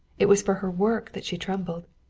it was for her work that she trembled.